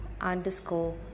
Underscore